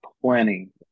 plenty